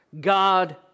God